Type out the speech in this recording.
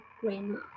grandma